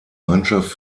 mannschaft